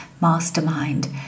mastermind